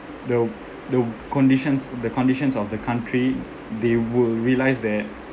the the conditions the conditions of the country they will realise that